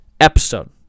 episode